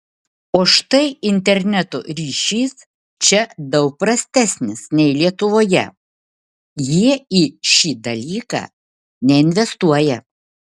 o štai interneto ryšys čia daug prastesnis nei lietuvoje jie į šį dalyką neinvestuoja